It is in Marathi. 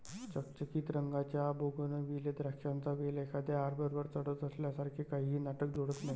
चकचकीत रंगाच्या बोगनविले द्राक्षांचा वेल एखाद्या आर्बरवर चढत असल्यासारखे काहीही नाटक जोडत नाही